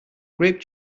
grape